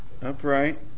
upright